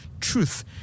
truth